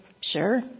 sure